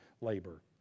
labor